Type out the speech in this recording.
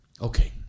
Okay